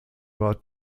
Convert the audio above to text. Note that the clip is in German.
war